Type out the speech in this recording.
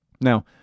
Now